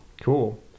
Cool